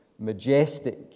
Majestic